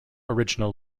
original